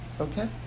okay